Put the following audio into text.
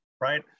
right